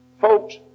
Folks